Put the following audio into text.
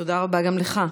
תודה רבה גם לך.